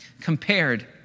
compared